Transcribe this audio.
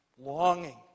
longing